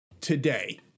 today